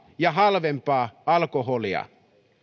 ja halvempaa alkoholia